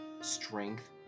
strength